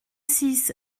six